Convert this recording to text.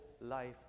life